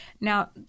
Now